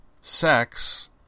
sex